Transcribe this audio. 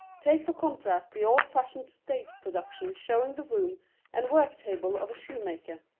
take for contrast the old-fashioned stage production showing the room and work table of a shoemaker.